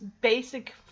basic